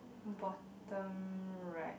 bottom right